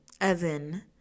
evan